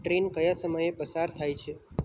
train કયા સમયે પસાર થાય છે